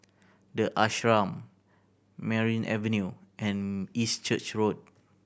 The Ashram Merryn Avenue and East Church Road